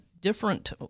different